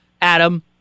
Adam